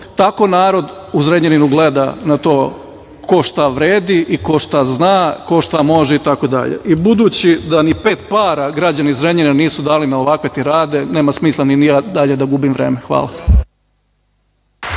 Tako narod u Zrenjaninu gleda na to ko šta vredi i ko šta zna, ko šta može itd. Budući da ni pet para građani Zrenjanina nisu dali na ovakve tirade, nema smisla ni ja dalje da gubim vreme. Hvala.